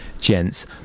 gents